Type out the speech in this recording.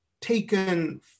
taken